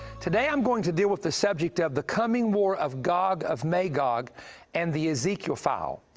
today i'm going to deal with the subject of the coming war of gog of magog and the ezekiel file.